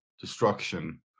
destruction